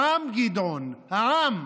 העם, גדעון, העם,